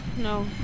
No